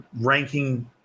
ranking